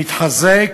שמתחזק,